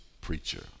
preacher